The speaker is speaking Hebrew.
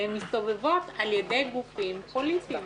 ומסתובבות על ידי גופים פוליטיים.